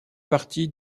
partie